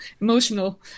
Emotional